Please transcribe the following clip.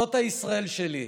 זאת הישראל שלי.